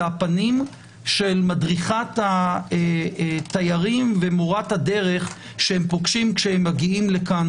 הפנים של מדריכת התיירים ומורת הדרך שהם פוגשים כשמגיעים לכאן.